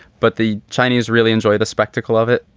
but the chinese really enjoy the spectacle of it.